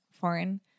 foreign